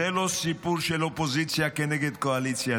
זה לא סיפור של אופוזיציה כנגד קואליציה.